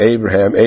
Abraham